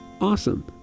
awesome